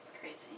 Crazy